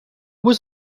was